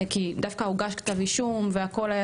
דווקא הוגש כתב אישום והכול.